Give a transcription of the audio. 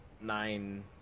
nine